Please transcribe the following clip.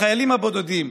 החיילים הבודדים.